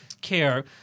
care